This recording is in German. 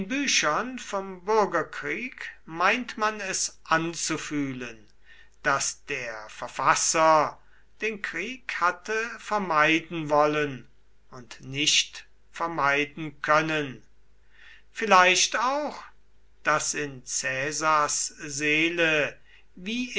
büchern vom bürgerkrieg meint man es anzufühlen daß der verfasser den krieg hatte vermeiden wollen und nicht vermeiden können vielleicht auch daß in caesars seele wie